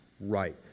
right